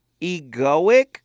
egoic